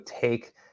take